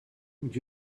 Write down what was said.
would